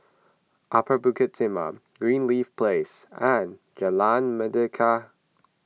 Upper Bukit Timah Greenleaf Place and Jalan Mendaki